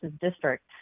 district